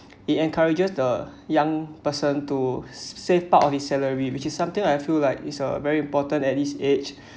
it encourages the young person to s~ save part of his salary which is something I feel like it's a very important at this age